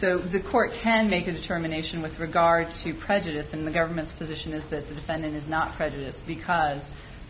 the court ten make a determination with regards to prejudice in the government's position is that the defendant is not prejudiced because